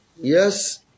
Yes